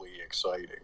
exciting